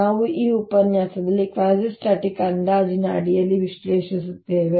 ನಾವು ಈ ಉಪನ್ಯಾಸದಲ್ಲಿ ಕ್ವಾಸಿಸ್ಟಾಟಿಕ್ ಅಂದಾಜಿನ ಅಡಿಯಲ್ಲಿ ವಿಶ್ಲೇಷಿಸುತ್ತೇವೆ